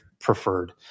preferred